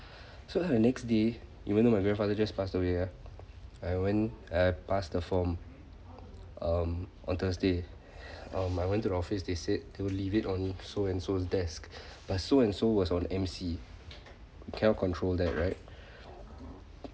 so the next day even though my grandfather just passed away ah I went I passed the form um on thursday um I went to the office they said to leave it on so and so desk but so and so was on M_C cannot control that right